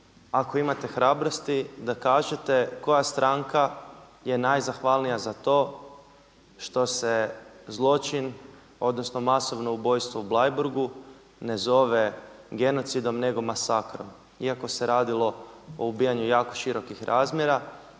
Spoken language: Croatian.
ako imate hrabrosti da kažete koja stranka je najzahvalnija za to što se zločin odnosno masovno ubojstvo u Bleiburgu ne zove genocidom nego masakrom, iako se radilo o ubijanju jako širokih razmjera.